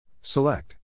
Select